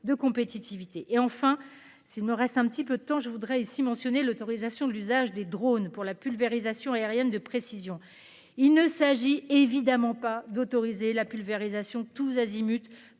de compétitivité et enfin s'il me reste un petit peu de temps je voudrais ici mentionné l'autorisation de l'usage des drone pour la pulvérisation aérienne de précision. Il ne s'agit évidemment pas d'autoriser la pulvérisation tous azimuts